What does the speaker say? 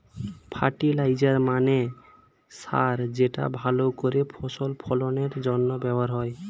fertiliser মানে সার যেটা ভালো করে ফসল ফলনের জন্য ব্যবহার হয়